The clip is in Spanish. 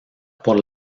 por